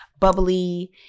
bubbly